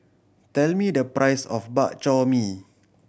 tell me the price of Bak Chor Mee